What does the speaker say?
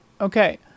okay